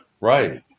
right